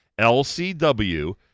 Lcw